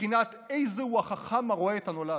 בבחינת איזהו החכם, הרואה את הנולד: